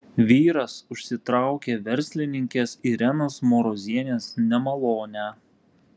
vyras užsitraukė verslininkės irenos marozienės nemalonę